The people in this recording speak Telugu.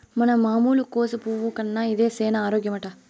మన మామూలు కోసు పువ్వు కన్నా ఇది సేన ఆరోగ్యమట